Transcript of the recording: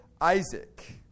Isaac